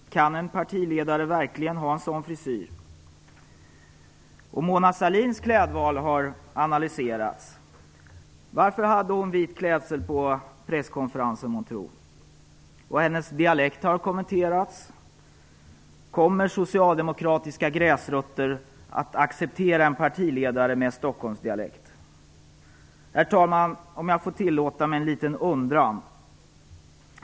Kan en partiledare verkligen ha en sådan frisyr? Mona Sahlins klädval har analyserats. Varför hade hon vit klädsel på presskonferensen månntro? Hennes dialekt har kommenterats. Kommer socialdemokratiska gräsrötter att acceptera en partiledare med Stockholmsdialekt? Herr talman! Tillåt mig att föra fram en liten undran.